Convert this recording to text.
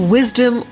Wisdom